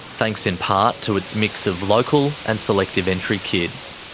thanks in part to its mix of local and selective entry kids.